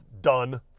done